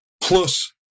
Plus